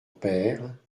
peyre